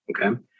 Okay